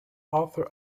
arthur